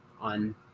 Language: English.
on